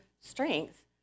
strength